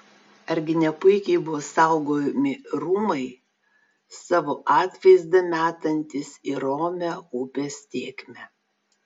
argi ne puikiai buvo saugomi rūmai savo atvaizdą metantys į romią upės tėkmę